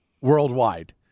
worldwide